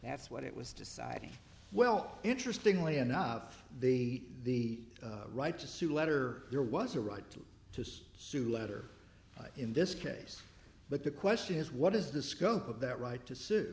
that's what it was deciding well interestingly enough the right to sue letter there was a right to sue letter in this case but the question is what is the scope of that right to sue